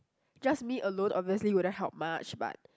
just me alone obviously wouldn't help much but